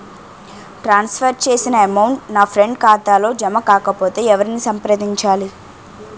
ట్రాన్స్ for చేసిన amount నా friend ఖాతాలో జమ కాకపొతే ఎవరిని సంప్రదించాలి?